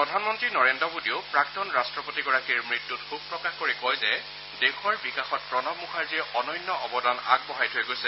প্ৰধানমন্ত্ৰী নৰেন্দ্ৰ মোদীয়েও প্ৰাক্তন ৰাষ্ট্ৰপতিগৰাকীৰ মৃত্যুত শোক প্ৰকাশ কৰি কয় যে দেশৰ বিকাশত প্ৰণৱ মুখাৰ্জীয়ে অনন্য অৱদান আগবঢ়াই থৈ গৈছে